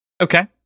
Okay